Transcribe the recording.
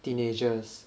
teenagers